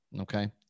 Okay